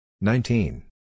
nineteen